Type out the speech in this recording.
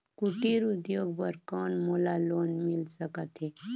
कुटीर उद्योग बर कौन मोला लोन मिल सकत हे?